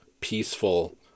peaceful